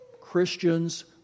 Christians